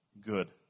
good